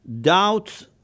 doubt